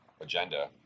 agenda